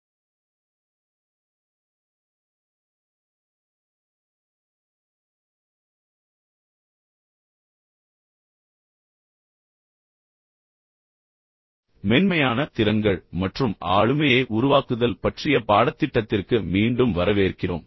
L மூக்கில் இருந்து மென்மையான திறன்கள் மற்றும் ஆளுமையை உருவாக்குதல் பற்றிய பாடத்திட்டத்திற்கு மீண்டும் வரவேற்கிறோம்